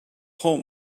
pull